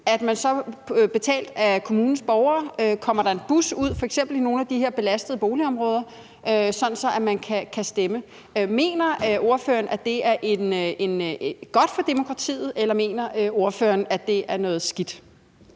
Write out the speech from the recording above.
bus ud – betalt af kommunens borgere – f.eks. ud til nogle af de her belastede boligområder, sådan at man kan stemme. Mener ordføreren, at det er godt for demokratiet, eller mener ordføreren, at det er noget skidt?